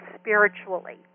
spiritually